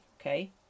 okay